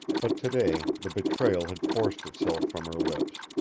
but today the betrayal had forced itself from her lips,